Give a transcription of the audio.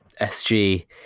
SG